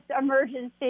emergency